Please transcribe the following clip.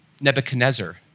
Nebuchadnezzar